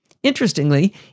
Interestingly